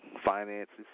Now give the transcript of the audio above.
finances